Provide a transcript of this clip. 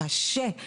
קשה,